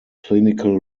clinical